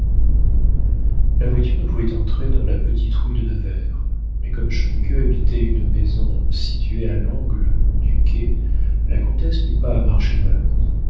la voiture ne pouvait entrer dans la petite rue de nevers mais comme schmuke habitait une maison située à l'angle du quai la comtesse n'eut pas à marcher dans la boue